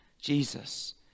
Jesus